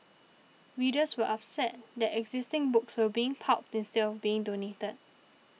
readers were upset that existing books were being pulped instead of being donated